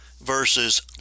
verses